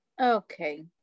okay